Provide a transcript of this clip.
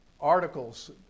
articles